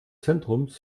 zentrums